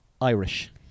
Irish